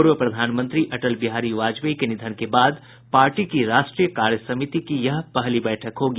पूर्व प्रधानमंत्री अटल बिहारी वाजपेयी के निधन के बाद पार्टी की राष्ट्रीय कार्यसमिति की यह पहली बैठक होगी